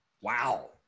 wow